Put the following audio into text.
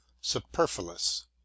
superfluous